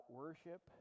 worship